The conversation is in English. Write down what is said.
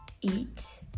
eat